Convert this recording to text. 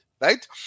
Right